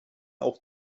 auch